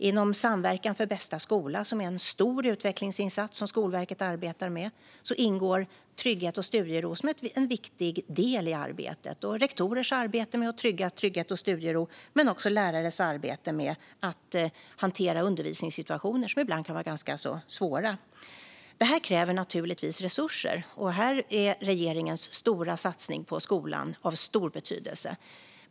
Inom Samverkan för bästa skola, som är en stor utvecklingsinsats som Skolverket arbetar med, ingår trygghet och studiero som en viktig del i arbetet. Här ingår även rektorers arbete för att främja trygghet och studiero liksom lärares arbete för att hantera undervisningssituationer som ibland kan vara ganska svåra. Till detta krävs naturligtvis resurser. Här är regeringens stora satsning på skolan av stor betydelse.